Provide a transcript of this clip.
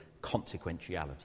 consequentiality